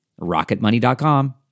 Rocketmoney.com